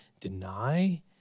deny